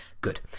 Good